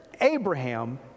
Abraham